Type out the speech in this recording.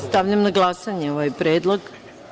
Stavljam na glasanje ovaj predlog.